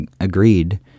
agreed